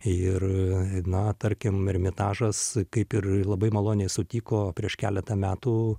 ir na tarkim ermitažas kaip ir labai maloniai sutiko prieš keletą metų